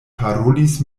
parolis